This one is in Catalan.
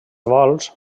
vols